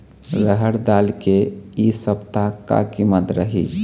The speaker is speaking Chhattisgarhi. रहड़ दाल के इ सप्ता का कीमत रही?